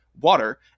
Water